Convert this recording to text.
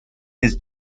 his